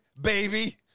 baby